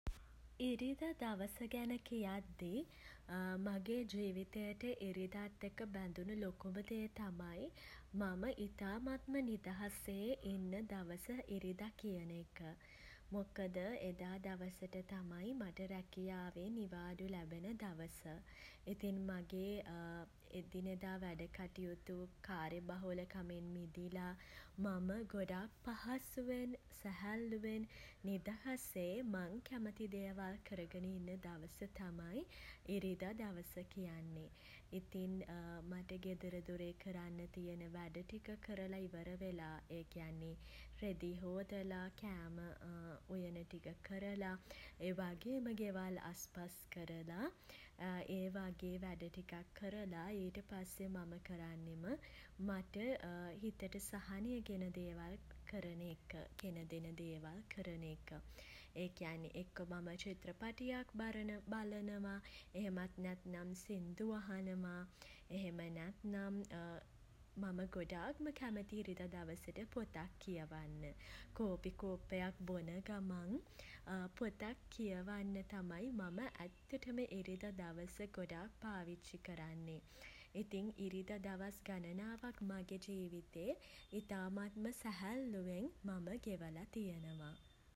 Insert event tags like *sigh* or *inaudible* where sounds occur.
ඉරිද දවස ගැන කියද්දී *hesitation* මගේ ජීවිතයට ඉරිදාත් එක්ක බැඳුණු ලොකුම දේ තමයි *hesitation* මම ඉතාමත්ම නිදහසේ *hesitation* ඉන්න දවස ඉරිදා කියන එක. මොකද *hesitation* එදා දවසට තමයි *hesitation* මට රැකියාවෙන් නිවාඩු ලැබෙන දවස. ඉතින් මගේ *hesitation* එදිනෙදා වැඩකටයුතු *hesitation* කාර්යබහුල කමෙන් මිදිලා *hesitation* මම ගොඩක් පහසුවෙන් *hesitation* සැහැල්ලුවෙන් *hesitation* නිදහසේ *hesitation* මං කැමති දේවල් කරගෙන ඉන්න දවස තමයි *hesitation* ඉරිදා දවස කියන්නේ. ඉතිං *hesitation* මට ගෙදර දොරේ කරන්න තියෙන වැඩ ටික කරලා ඉවර වෙලා *hesitation* ඒ කියන්නේ *hesitation* රෙදි හෝදලා *hesitation* කෑම *hesitation* උයන ටික කරලා *hesitation* ඒ වගේම ගෙවල් අස්පස් කරලා *hesitation* ඒ වගේ වැඩ ටිකක් කරලා *hesitation* ඊට පස්සේ මම කරන්නෙම *hesitation* මට *hesitation* හිතට සහනය ගෙන දේවල් කරන එක. ඒ කියන්නෙ එක්කෝ මම චිත්‍රපටියක් බලන *hesitation* බලනවා. එහෙමත් නැත්නම් *hesitation* සිංදු අහනවා. එහෙම නැත්නම් *hesitation* මම ගොඩක්ම කැමති *hesitation* ඉරිදා දවසට පොතක් කියවන්න *hesitation* කෝපි කෝප්පයක් බොන ගමන් *hesitation* පොතක් කියවන්න තමයි මම ඇත්තටම ඉරිද දවස ගොඩක් පාවිච්චි කරන්නේ. ඉතින් ඉරිද දවස් ගණනාවක් මගෙ ජීවිතේ *hesitation* ඉතාමත්ම සැහැල්ලුවෙන් මම ගෙවලා තියෙනවා.